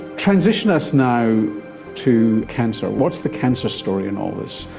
transition us now to cancer. what's the cancer story in all this,